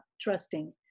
trusting